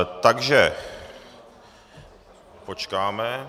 Takže počkáme.